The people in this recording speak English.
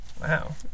wow